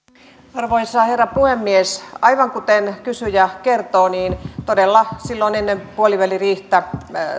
arvoisa herra puhemies aivan kuten kysyjä kertoi niin todella silloin ennen puoliväliriihtä